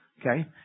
Okay